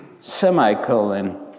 semicolon